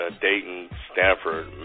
Dayton-Stanford